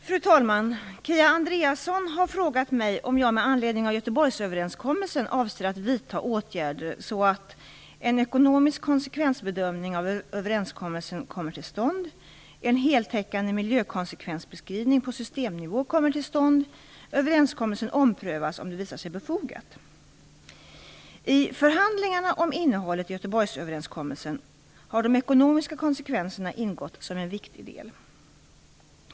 Fru talman! Kia Andreasson har frågat mig om jag med anledning av Göteborgsöverenskommelsen avser att vidta åtgärder så att: 1. En ekonomisk konsekvensbedömning av överenskommelsen kommer till stånd. 2. En heltäckande miljökonsekvensbeskrivning på systemnivå kommer till stånd. 3. Överenskommelsen omprövas, om det visar sig befogat. I förhandlingarna om innehållet i Göteborgsöverenskommelsen har de ekonomiska konsekvenserna ingått som en viktig del.